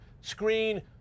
screen